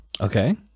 okay